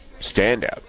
standout